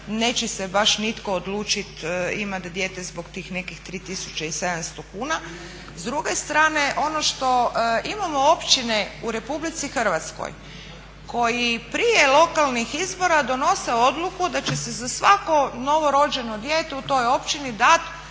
neće se baš nitko odlučiti imati dijete zbog tih nekih 3700 kuna. S druge strane, ono što imamo općine u Republici Hrvatskoj koji i prije lokalnih izbora donose odluku da će se za svako novo rođeno dijete u toj općini dati